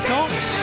Talks